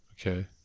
Okay